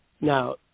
Now